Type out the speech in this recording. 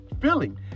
feeling